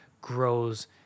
grows